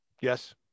Yes